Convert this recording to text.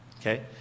Okay